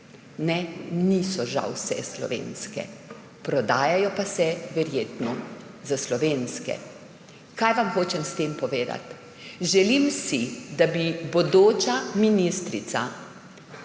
žal niso vse slovenske, prodajajo pa se, verjetno, za slovenske. Kaj vam hočem s tem povedati? Želim si, da bi bodoča ministrica